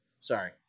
Sorry